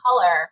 color